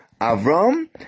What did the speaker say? Avram